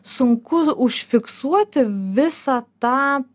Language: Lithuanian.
sunku užfiksuoti visą tą